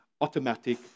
automatic